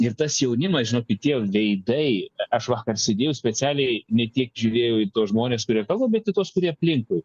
ir tas jaunimas žinokit tie veidai aš vakar sėdėjau specialiai ne tiek žiūrėjau į tuos žmones kurie kalba bet į tuos kurie aplinkui